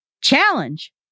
Challenge